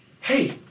Hey